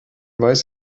weiß